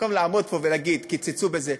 במקום לעמוד פה ולהגיד: קיצצו בזה.